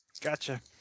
Gotcha